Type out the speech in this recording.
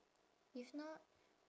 if not